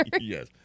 Yes